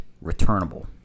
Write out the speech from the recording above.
returnable